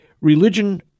religion